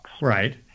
Right